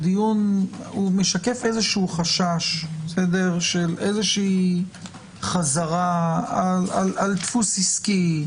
הוא משקף איזשהו חשש של איזושהי חזרה על דפוס עסקי,